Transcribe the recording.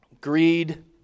Greed